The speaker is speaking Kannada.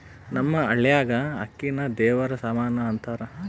ನಮ್ಮ ಹಳ್ಯಾಗ ಅಕ್ಕಿನ ದೇವರ ಸಮಾನ ಅಂತಾರ